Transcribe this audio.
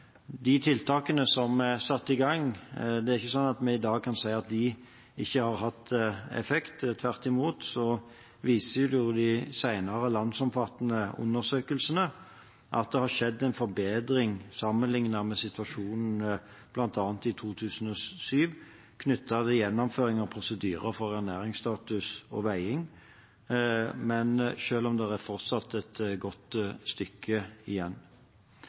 de tiltakene som er satt i gang, er det heldigvis ikke slik at vi i dag kan si at de ikke har hatt effekt; tvert imot viser de senere landsomfattende undersøkelsene at det har skjedd en forbedring sammenlignet med situasjonen bl.a. i 2007 knyttet til gjennomføring av prosedyrer for ernæringsstatus og veiing, selv om det fortsatt er et godt stykke igjen.